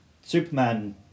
Superman